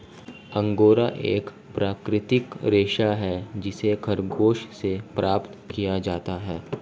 angora एक प्राकृतिक रेशा है जिसे खरगोश से प्राप्त किया जाता है